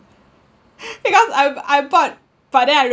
because I I bought but then I